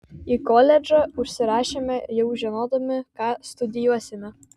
į koledžą užsirašėme jau žinodami ką studijuosime